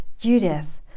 Judith